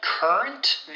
Current